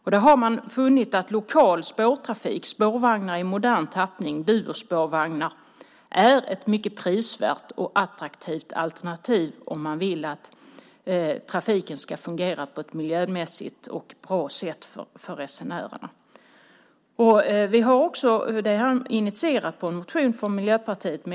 Man har funnit att lokal spårtrafik med spårvagnar i modern tappning - duospårvagnar - är ett mycket prisvärt och attraktivt alternativ om man vill att trafiken ska fungera på ett miljömässigt och bra sätt för resenärerna. Miljöpartiet har också initierat det i en motion.